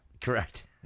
Correct